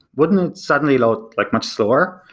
wouldn't it suddenly load like much slower?